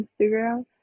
Instagram